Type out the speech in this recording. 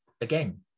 again